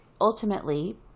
ultimately